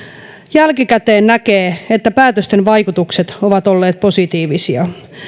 jälkikäteen näkee että päätösten vaikutukset ovat olleet positiivisia